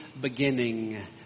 beginning